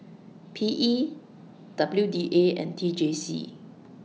P E W D A and T J C